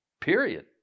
Period